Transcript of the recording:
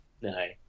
no